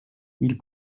ils